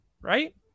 Right